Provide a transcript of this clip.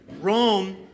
Rome